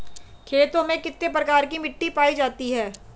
खेतों में कितने प्रकार की मिटी पायी जाती हैं?